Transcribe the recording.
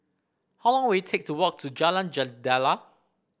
how long will it take to walk to Jalan Jendela